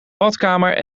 badkamer